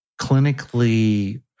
clinically